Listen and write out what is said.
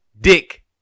dick